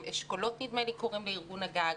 "אשכולות" נדמה לי קוראים לארגון הגג,